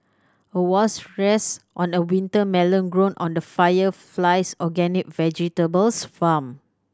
a wasp rests on a winter melon grown on the Fire Flies organic vegetables farm